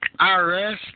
IRS